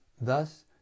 Thus